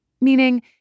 Meaning